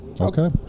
Okay